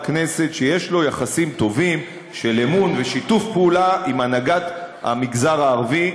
כנסת שיש לו יחסים טובים של אמון ושיתוף פעולה עם הנהגת המגזר הערבי.